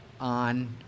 on